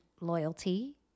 loyalty